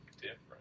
different